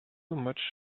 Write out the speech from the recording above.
much